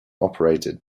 operated